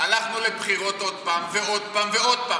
הלכנו לבחירות עוד פעם ועוד פעם ועוד פעם.